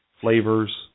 flavors